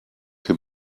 him